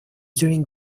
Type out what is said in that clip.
during